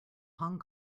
hong